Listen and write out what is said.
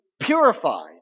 purified